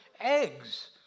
Eggs